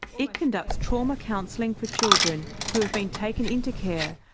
it conducts trauma counselling for children who have been taken into care,